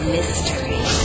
Mystery